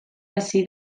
hasi